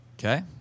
Okay